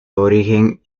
origen